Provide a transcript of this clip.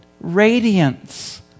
radiance